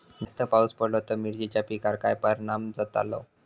जास्त पाऊस पडलो तर मिरचीच्या पिकार काय परणाम जतालो?